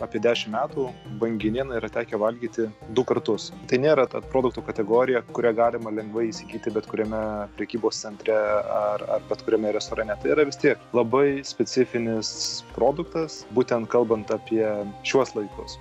apie dešim metų banginieną yra tekę valgyti du kartus tai nėra ta produktų kategorija kurią galima lengvai įsigyti bet kuriame prekybos centre ar ar bet kuriame restorane tai yra vis tiek labai specifinis produktas būtent kalbant apie šiuos laikus